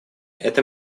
это